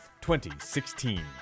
2016